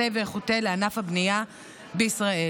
והנדסאי איכותי לענף הבנייה בישראל.